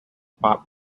pop